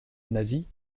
nasie